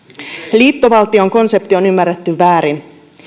liittovaltion konsepti on ymmärretty väärin